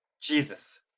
Jesus